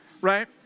right